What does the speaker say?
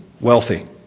wealthy